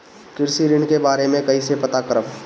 कृषि ऋण के बारे मे कइसे पता करब?